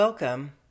Welcome